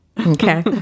Okay